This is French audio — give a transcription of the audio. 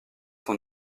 son